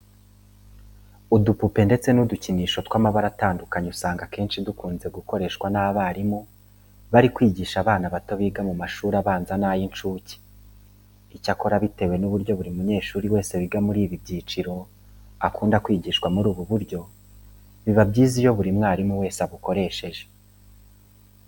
Udupupe ndetse n'udukinisho tw'amabara atandukanye usanga akenshi dukunze gukoreshwa n'abarimu bari kwigisha abana bato biga mu mashuri abanza n'ay'incuke. Icyakora bitewe n'uburyo buri munyeshuri wese wiga muri ibi byiciro akunda kwigishwa muri ubu buryo, biba byiza iyo buri mwarimu wese abukoresheje.